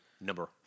number